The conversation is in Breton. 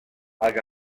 hag